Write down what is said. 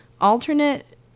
Alternate